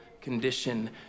condition